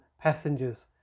passengers